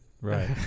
right